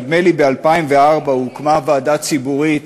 נדמה לי שב-2004 הוקמה ועדה ציבורית